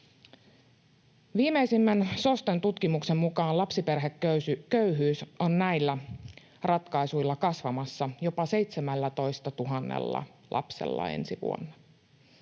Viimeisimmän SOSTEn tutkimuksen mukaan lapsiperheköyhyys on näillä ratkaisuilla kasvamassa jopa 17 000 lapsella ensi vuonna